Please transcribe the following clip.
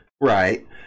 Right